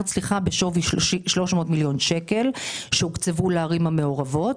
שקל הוקצבו לערים המעורבות,